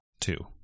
Two